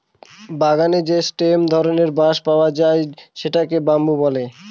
বাগানে যে স্টেম ধরনের বাঁশ পাওয়া যায় সেটাকে বাম্বু বলে